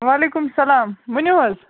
وعلیکُم سلام ؤنِو حَظ